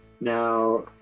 Now